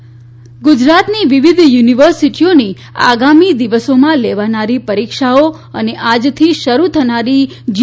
university પરીક્ષાઓ ગુજરાતની વિવિધ યુનિવર્સિટીઓની આગામી દિવસોમાં લેવાનારી પરિક્ષાઓ અને આજથી શરૃ થનારી જી